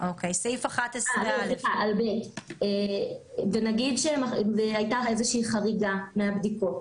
סעיף (ב) נגיד והייתה איזה שהיא חריגה מהבדיקות